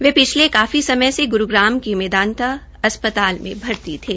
वे पिछले काफी समय से ग्रूग्राम के मेदांता अस्पताल में भर्ती थे